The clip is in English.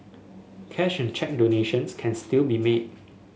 cash and cheque donations can still be made